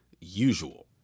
usual